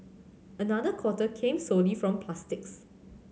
another quarter came solely from plastics